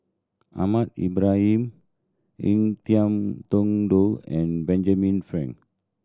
Ahmad Ibrahim Ngiam Tong Dow and Benjamin Frank